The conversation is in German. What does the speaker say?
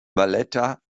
valletta